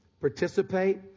participate